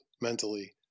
mentally